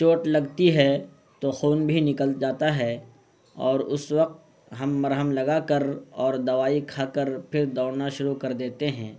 چوٹ لگتی ہے تو خون بھی نکل جاتا ہے اور اس وقت ہم مرہم لگا کر اور دوائی کھا کر پھر دوڑنا شروع کر دیتے ہیں